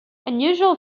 unusual